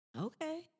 okay